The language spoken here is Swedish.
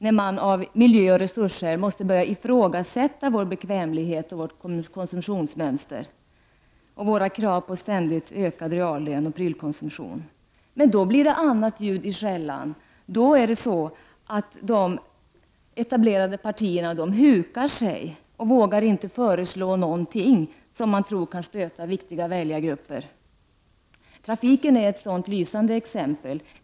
När man av miljöoch resursskäl måste börja ifrågasätta vår bekvämlighet och vårt konsumtionsmönster, våra krav på en ständigt ökad reallön och prylkonsumtion, blir det annat ljud i skällan. Då hukar sig de etablerade partierna och vågar inte föreslå någonting som man tror kan stöta viktiga väljargrupper. Trafiken är ett sådant lysande exempel.